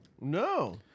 No